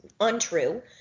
untrue